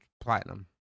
Platinum